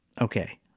Okay